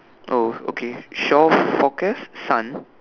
oh okay shore forecast sun